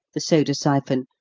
the soda siphon,